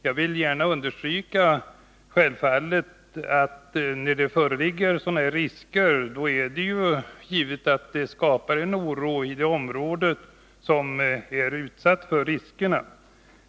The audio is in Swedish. Jag vill gärna understryka att det, när det föreligger sådana här risker, givetvis skapas oro i det utsatta området.